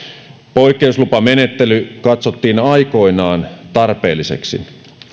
poikkeuslupamenettely katsottiin aikoinaan tarpeelliseksi